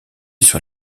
sur